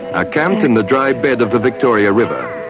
are camped in the dry bed of the victoria river,